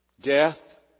Death